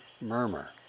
murmur